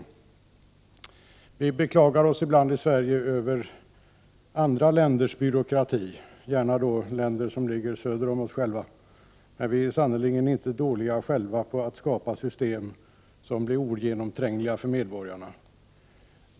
I Sverige beklagar vi oss ju ibland över andra länders byråkrati, gärna länder som ligger söder om vårt, men vi är sannerligen själva inte dåliga på att skapa system som blir ogenomträngliga för medborgarna.